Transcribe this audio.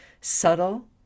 subtle